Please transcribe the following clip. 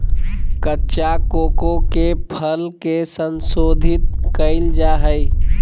कच्चा कोको के फल के संशोधित कइल जा हइ